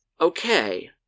Okay